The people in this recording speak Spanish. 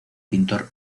pintor